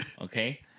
Okay